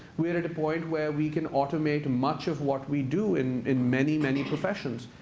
we are at a point where we can automate much of what we do in in many, many professions.